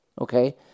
Okay